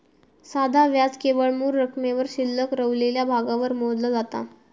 साधा व्याज केवळ मूळ रकमेवर शिल्लक रवलेल्या भागावर मोजला जाता